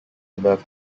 above